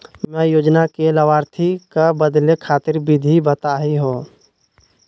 बीमा योजना के लाभार्थी क बदले खातिर विधि बताही हो?